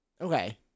Okay